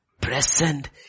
present